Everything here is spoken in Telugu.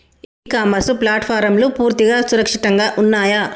ఇ కామర్స్ ప్లాట్ఫారమ్లు పూర్తిగా సురక్షితంగా ఉన్నయా?